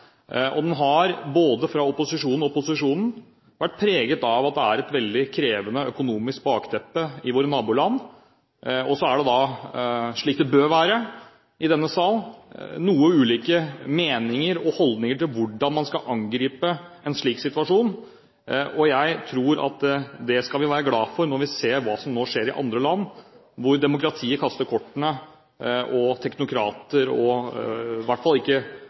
omfattende. Den har, både fra opposisjonen og posisjonen, vært preget av at det er et veldig krevende økonomisk bakteppe i våre naboland, og så er det da – slik det bør være i denne salen – noe ulike meninger og holdninger til hvordan man skal angripe en slik situasjon. Det tror jeg vi skal være glad for når vi ser hva som nå skjer i andre land, hvor demokratiet kaster kortene, og teknokrater, i hvert fall ikke